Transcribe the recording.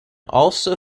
also